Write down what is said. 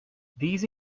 these